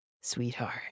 sweetheart